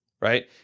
right